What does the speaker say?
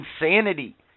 insanity